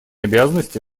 обязанности